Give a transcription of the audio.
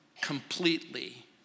completely